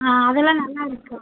ஆ அதெல்லாம் நல்லாயிருக்கும்